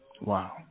Wow